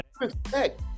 respect